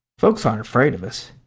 folks aren't afraid of us.